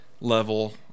level